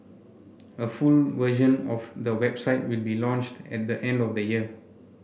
a full version of the website will be launched at the end of the year